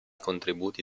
contributi